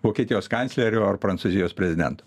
vokietijos kanclerio ar prancūzijos prezidento